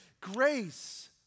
Grace